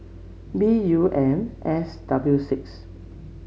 B U M S W six